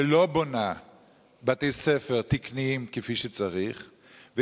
שלא בונה בתי-ספר תקניים כפי שצריך,